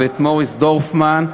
ומוריס דורפמן,